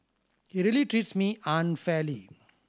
he really treats me unfairly